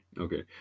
Okay